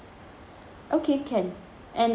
okay can and uh could